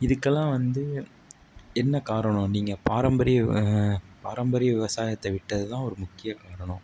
இதுக்கெல்லாம் வந்து என்ன காரணம் நீங்கள் பாரம்பரிய பாரம்பரிய விவசாயத்தை விட்டது தான் ஒரு முக்கிய காரணம்